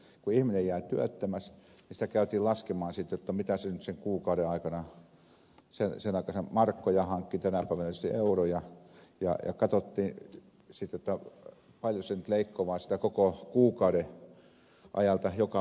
kun ihminen jäi työttömäksi niin sitä käytiin laskemaan sitten jotta mitä nyt sen kuukauden aikana sen aikaisia markkoja hankki tänä päivänä tietysti euroja ja katsottiin paljonko se nyt leikkaa koko kuukauden ajalta joka päivältä sitä työttömyysturvaa